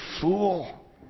Fool